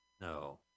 No